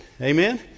Amen